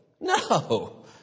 No